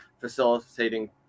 facilitating